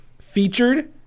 featured